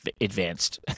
advanced